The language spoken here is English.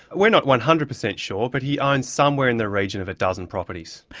we're not one hundred percent sure, but he owns somewhere in the region of a dozen properties.